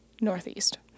Northeast